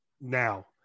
now